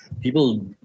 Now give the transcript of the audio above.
People